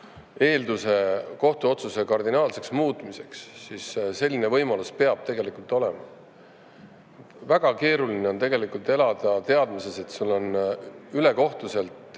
eelduse kohtuotsuse kardinaalseks muutmiseks, siis selline võimalus peaks olema. Väga keeruline on elada teadmises, et sulle on ülekohtuselt tehtud